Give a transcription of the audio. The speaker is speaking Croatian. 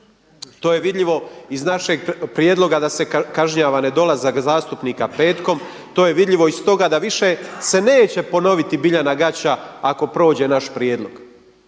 To je vidljivo iz našeg prijedloga da se kažnjava nedolazak zastupnika petkom, to je vidljivo iz toga da više se neće ponoviti Biljana Gaća ako prođe naš prijedlog.